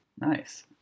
Nice